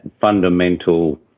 fundamental